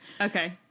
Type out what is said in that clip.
Okay